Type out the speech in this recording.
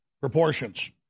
proportions